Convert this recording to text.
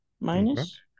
minus